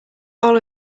all